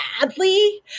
badly